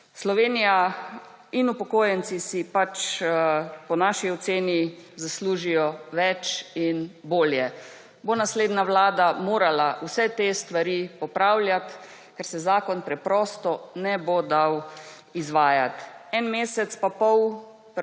Slovenija in upokojenci si pač po naši oceni zaslužijo več in bolje. Bo naslednja vlada morala vse te stvari popravljati, ker se zakon preprosto ne bo dal izvajati. En mesec in pol